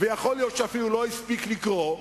ויכול להיות שאפילו לא הספיק לקרוא,